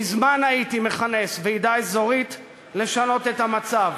מזמן הייתי מכנס ועידה אזורית לשנות את המצב.